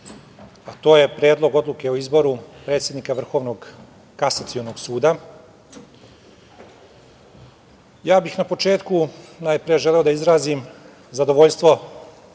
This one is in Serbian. a to je Predlog odluke o izboru predsednika Vrhovnog kasacionog suda. Na početku bih najpre želeo da izrazim zadovoljstvo